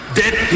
dead